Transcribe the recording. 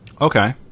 Okay